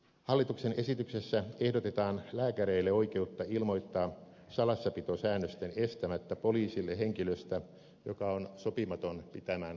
hallituksen esityksessä ehdotetaan lääkäreille oikeutta ilmoittaa salassapitosäännösten estämättä poliisille henkilöstä joka on sopimaton pitämään asetta hallussaan